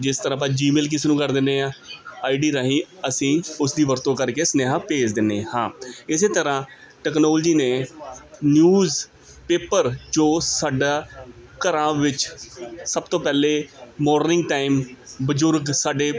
ਜਿਸ ਤਰ੍ਹਾਂ ਆਪਾਂ ਜੀਮੇਲ ਕਿਸ ਨੂੰ ਕਰ ਦਿੰਦੇ ਹਾਂ ਆਈ ਡੀ ਰਾਹੀਂ ਅਸੀਂ ਉਸ ਦੀ ਵਰਤੋਂ ਕਰਕੇ ਸੁਨੇਹਾ ਭੇਜ ਦਿੰਦੇ ਹਾਂ ਇਸੇ ਤਰ੍ਹਾਂ ਟੈਕਨੋਲੋਜੀ ਨੇ ਨਿਊਜ਼ ਪੇਪਰ ਜੋ ਸਾਡਾ ਘਰਾਂ ਵਿਚ ਸਭ ਤੋਂ ਪਹਿਲੇ ਮੋਰਨਿੰਗ ਟਾਈਮ ਬਜ਼ੁਰਗ ਸਾਡੇ